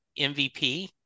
MVP